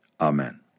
Amen